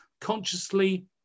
consciously